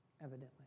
evidently